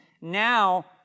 now